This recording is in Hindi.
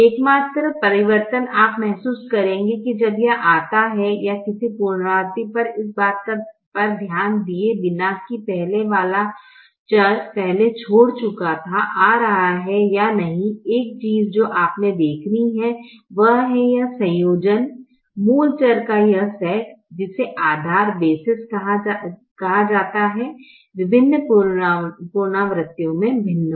एकमात्र परिवर्तन आप महसूस करेंगे कि जब यह आता है या किसी पुनरावृत्ति पर इस बात पर ध्यान दिए बिना कि पहले वाला चर पहले छोड चुका था आ रहा है या नहीं एक चीज जो आपको देखनी है वह है यह संयोजन मूल चर का यह सेट जिसे आधारबेसेस कहा जाता है विभिन्न पुनरावृत्तियों में भिन्न हो